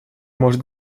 может